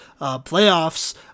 playoffs